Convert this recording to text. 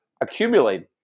accumulate